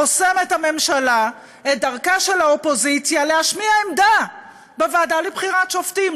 הממשלה חוסמת את דרכה של האופוזיציה להשמיע עמדה בוועדה לבחירת שופטים,